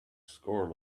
score